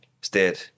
stayed